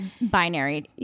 binary